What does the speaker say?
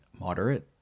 moderate